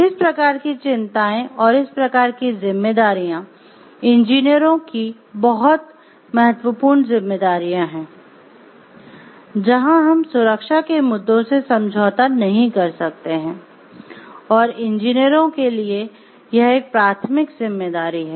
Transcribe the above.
इस प्रकार की चिंताएँ और इस प्रकार की ज़िम्मेदारियाँ इंजीनियरों की बहुत महत्वपूर्ण ज़िम्मेदारियाँ हैं जहाँ हम सुरक्षा के मुद्दों से समझौता नहीं कर सकते हैं और इंजीनियरों के लिए यह एक प्राथमिक ज़िम्मेदारी है